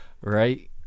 Right